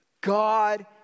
God